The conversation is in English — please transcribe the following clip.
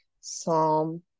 Psalm